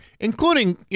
including